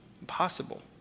impossible